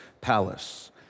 palace